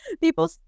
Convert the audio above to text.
people